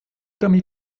damit